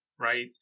right